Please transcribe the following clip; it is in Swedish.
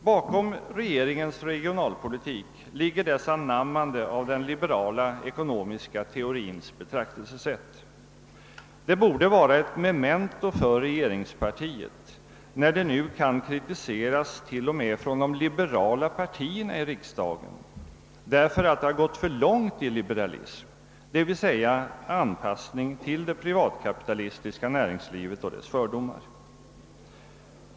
Bakom regeringens regionalpolitik ligger dess anammande av den liberala ekonomiska teorins betraktelsesätt. Det borde vara. ett memento för regerings partiet när det nu kan kritiseras t.o.m. från de liberala partierna i riksdagen därför att det har gått för långt i liberalism, d.v.s. anpassning till det privatkapitalistiska näringslivet och dess fördomar.